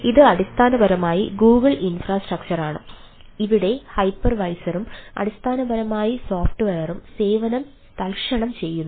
ഇത് അടിസ്ഥാനപരമായി Google ഇൻഫ്രാസ്ട്രക്ചറാണ് ഇവിടെ ഹൈപ്പർവൈസറും അടിസ്ഥാനപരമായി സോഫ്റ്റ്വെയറും സേവനം തൽക്ഷണം ചെയ്യുന്നു